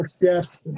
yes